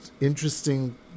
interesting